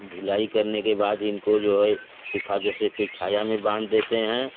ढुलाई करने के बाद इनको जो है हिफाजत से फिर छाया में बांध देते हैं